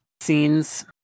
scenes